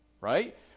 Right